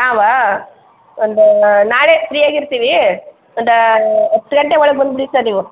ನಾವಾ ಒಂದು ನಾಳೆ ಫ್ರಿಯಾಗಿ ಇರ್ತೀವಿ ಒಂದು ಹತ್ತು ಗಂಟೆ ಒಳಗೆ ಬಂದುಬಿಡಿ ಸರ್ ನೀವು